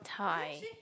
thigh